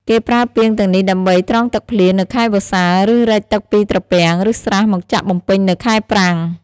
គេប្រើពាងទាំងនេះដើម្បីត្រងទឹកភ្លៀងនៅខែវស្សា ឬ រែកទឹកពីត្រពាំង ឬស្រះមកចាក់បំពេញនៅខែប្រាំង។